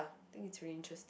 I think it's really interesting